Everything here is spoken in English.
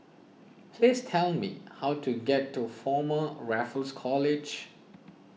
please tell me how to get to Former Raffles College